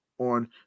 on